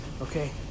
Okay